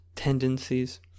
Tendencies